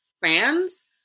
fans